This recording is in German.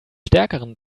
stärkeren